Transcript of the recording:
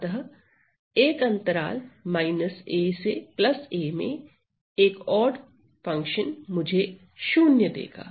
अतः एक अंतराल aa में एक ओड फंक्शन मुझे 0 देगा